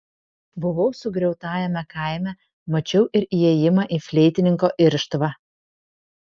buvau sugriautajame kaime mačiau ir įėjimą į fleitininko irštvą